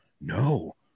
No